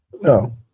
No